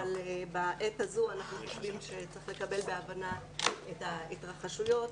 אבל בעת הזו אנחנו חושבים שצריך לקבל בהבנה את ההתרחשויות.